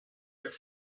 its